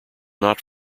not